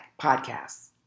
podcasts